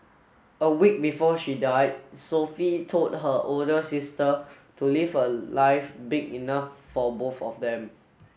a week before she died Sophie told her older sister to live a life big enough for both of them